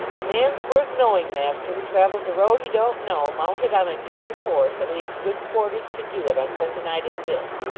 the man's worth knowing, master who travels a road he don't know, mounted on a jaded horse, and leaves good quarters to do it on such a night as this